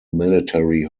military